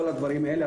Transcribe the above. כל הדברים האלה,